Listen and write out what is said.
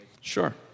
Sure